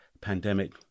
Pandemic